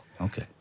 Okay